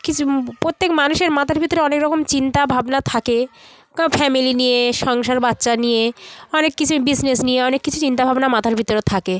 কিছু প্রত্যেক মানুষের মাথার ভিতরে অনেক রকম চিন্তা ভাবনা থাকে ফ্যামিলি নিয়ে সংসার বাচ্চা নিয়ে অনেক কিছুই বিজনেস নিয়ে অনেক কিছু চিন্তা ভাবনা মাথার ভিতরে থাকে